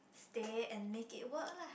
stay and make it work lah